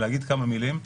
להגיד כמה מילים.